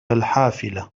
الحافلة